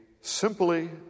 simply